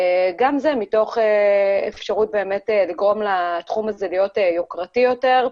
גם זה מתוך אפשרות לגרום לתחום הזה להיות יוקרתי יותר,